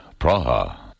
Praha